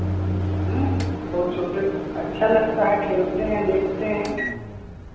बहुत छोटे अच्छा लगता है खेलते हैं देखते हैं